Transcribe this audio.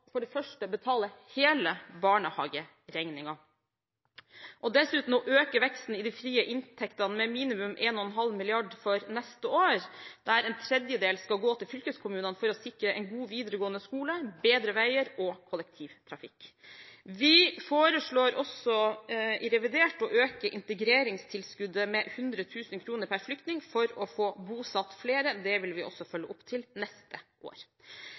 dessuten å øke veksten i de frie inntektene med minimum 1,5 mrd. kr for neste år, der en tredjedel skal gå til fylkeskommunene for å sikre en god videregående skole, bedre veier og kollektivtrafikk. Vi foreslår også i revidert nasjonalbudsjett å øke integreringstilskuddet med 100 000 kr per flyktning for å få bosatt flere. Det vil vi også følge opp til neste år.